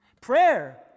Prayer